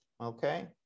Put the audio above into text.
okay